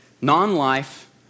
Non-life